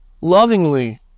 lovingly